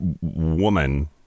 woman